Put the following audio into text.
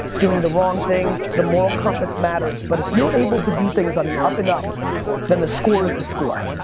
doing the wrong things, the moral compass matters, but if you're able to do things on the up and up then the score is the score.